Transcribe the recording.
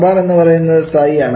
R bar എന്ന് പറയുന്നത് സ്ഥായിയാണ്